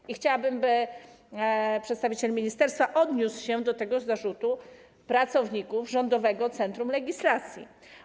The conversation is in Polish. I chciałabym, by przedstawiciel ministerstwa odniósł się do tego zarzutu pracowników Rządowego Centrum Legislacji.